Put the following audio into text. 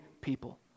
people